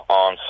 on